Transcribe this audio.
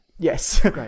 Yes